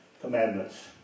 commandments